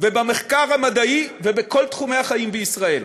ובמחקר המדעי ובכל תחומי החיים בישראל.